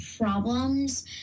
problems